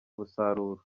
umusaruro